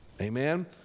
Amen